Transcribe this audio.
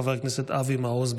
חבר הכנסת אבי מעוז,